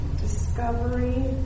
discovery